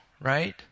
right